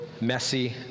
messy